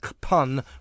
pun